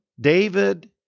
David